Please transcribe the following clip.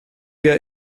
wir